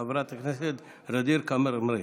חברת הכנסת ע'דיר כמאל מריח.